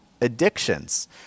addictions